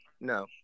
no